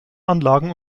anlagen